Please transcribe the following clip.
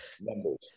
members